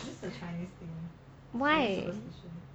why